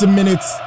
minutes